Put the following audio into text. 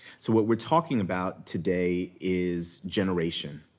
so what we're talking about today is generation.